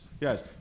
Yes